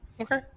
Okay